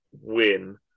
win